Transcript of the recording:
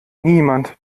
niemand